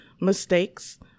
mistakes